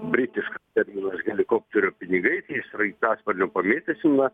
britiškas terminas helikopterio pinigai tai sraigtasparniu pamėtysim na